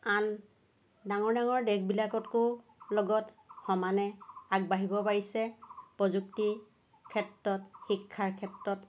আন ডাঙৰ ডাঙৰ দেশবিলাকতকৈও লগত সমানে আগবাঢ়িব পাৰিছে প্ৰযুক্তি ক্ষেত্ৰত শিক্ষাৰ ক্ষেত্ৰত